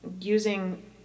Using